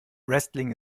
wrestling